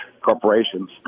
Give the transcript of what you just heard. corporations